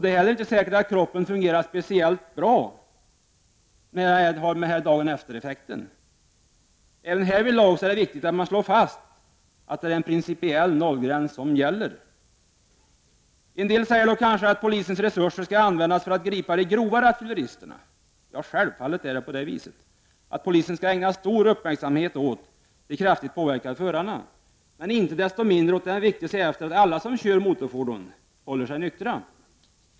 Det är heller inte säkert att kroppen fungerar speciellt bra med dagen-efter-effekten. Även härvidlag är det viktigt att slå fast att det är en principiell nollgräns som gäller. En del säger kanske att polisens resurser skall användas till att gripa dem som gjort sig skyldiga till grovt rattfylleribrott. Självfallet skall polisen ägna stor uppmärksamhet åt de kraftigt påverkade förarna, men inte desto mindre är det viktigt att se efter att alla som kör motorfordon håller sig nyktra.